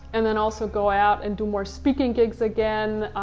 and then also go out and do more speaking gigs again.